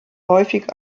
häufig